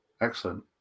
Excellent